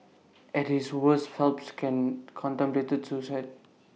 at his worst Phelps even contemplated suicide